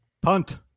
Punt